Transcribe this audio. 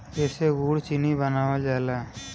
एसे गुड़ चीनी बनावल जाला